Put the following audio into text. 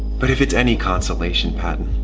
but if it's any consolation, patton,